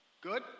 good